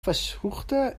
versuchte